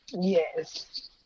yes